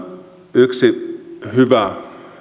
yksi hyvä